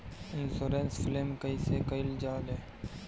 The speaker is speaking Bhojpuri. इन्शुरन्स क्लेम कइसे कइल जा ले?